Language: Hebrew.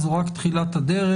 זו רק תחילת הדרך.